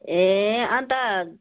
ए अनि त